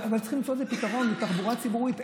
צריך למצוא איזה פתרון לתחבורה ציבורית.